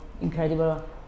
incredible